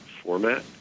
format